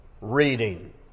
reading